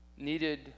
needed